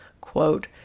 Quote